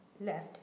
left